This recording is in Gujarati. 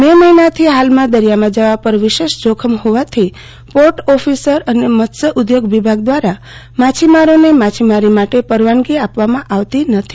મે મહિનાથો ને હાલમાં દરિયામાં જવા પર વિશષ જોખમ હોવાથી પોર્ટ ઓફીસર અને મત્સ્યઉધોગ વિભાગ દવારા માછીમારોને માછીમારી માટે પરવાનગી આપવામાં આવતી નથો